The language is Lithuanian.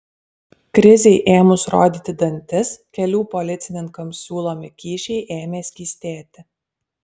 krizei ėmus rodyti dantis kelių policininkams siūlomi kyšiai ėmė skystėti